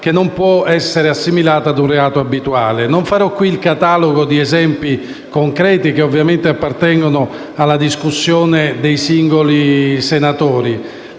Non farò qui il catalogo degli esempi concreti, che ovviamente appartengono alla discussione dei singoli senatori,